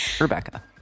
Rebecca